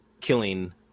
killing